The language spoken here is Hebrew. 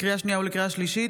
לקריאה שנייה ולקריאה שלישית: